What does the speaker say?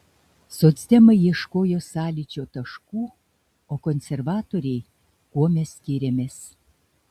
socdemai ieškojo sąlyčio taškų o konservatoriai kuo mes skiriamės